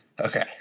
Okay